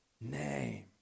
name